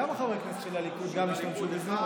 כמה חברי כנסת של הליכוד גם השתמשו בזה?